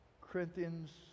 Corinthians